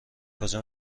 کجا